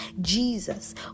jesus